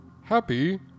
Happy